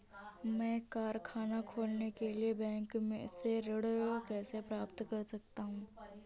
मैं कारखाना खोलने के लिए बैंक से ऋण कैसे प्राप्त कर सकता हूँ?